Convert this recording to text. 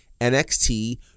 NXT